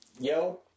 Yo